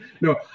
No